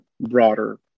broader